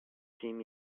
team